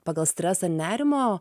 pagal streso nerimo